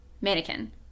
Mannequin